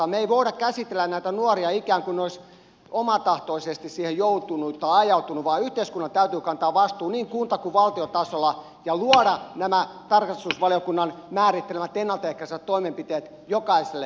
me emme voi käsitellä näitä nuoria ikään kuin he olisivat omatahtoisesti siihen tilanteeseen joutuneet tai ajautuneet vaan yhteiskunnan täytyy kantaa vastuu niin kunta kuin valtiotasolla ja luoda nämä tarkastusvaliokunnan määrittelemät ennalta ehkäisevät toimenpiteet jokaiselle osalle